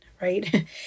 right